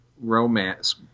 romance